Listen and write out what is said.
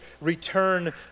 return